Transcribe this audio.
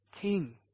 king